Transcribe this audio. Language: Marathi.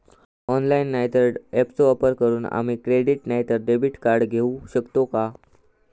ऑनलाइन नाय तर ऍपचो वापर करून आम्ही क्रेडिट नाय तर डेबिट कार्ड घेऊ शकतो का?